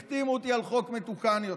החתימו אותי על חוק מתוקן יותר,